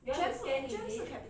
you want to scan is it